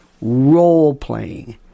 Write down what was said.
role-playing